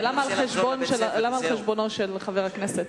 אבל למה על חשבונו של חבר הכנסת?